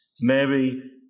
Mary